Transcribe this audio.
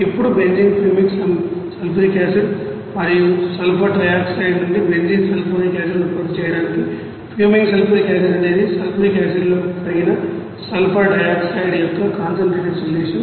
ఇప్పుడు benzene fuming sulphuric acid మరియు sulphur trioxide నుండి బెంజీన్ సల్ఫోనిక్ యాసిడ్ ఉత్పత్తి చేయడానికి ఫ్యూమింగ్ సల్ఫ్యూరిక్ యాసిడ్ అనేది సల్ఫ్యూరిక్ యాసిడ్లో కరిగిన సల్ఫర్ డయాక్సైడ్ యొక్క కాన్సన్ట్రేటెడ్ సొల్యూషన్